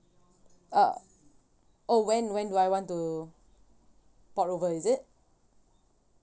uh oh when when do I want to port over is it